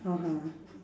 (uh huh)